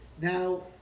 Now